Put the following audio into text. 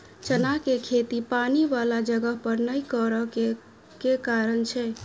चना केँ खेती पानि वला जगह पर नै करऽ केँ के कारण छै?